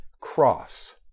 cross